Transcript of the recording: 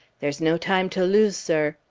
there's no time to lose, sir.